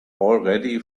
already